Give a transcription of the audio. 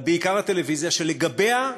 אבל בעיקר הטלוויזיה, שלגביה,